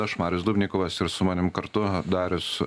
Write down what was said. aš marius dubnikovas ir su manim kartu darius